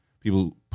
People